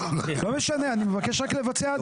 לא משנה, אני מבקש רק לבצע הדמיה.